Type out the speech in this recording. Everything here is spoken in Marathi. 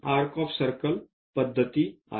हे आर्क ऑफ सर्कल पद्धती आहे